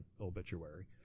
obituary